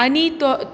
आनी तो